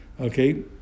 Okay